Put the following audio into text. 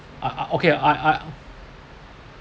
ah okay I I